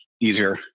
easier